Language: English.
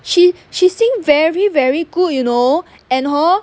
she she sing very very good you know and hor